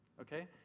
okay